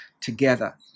together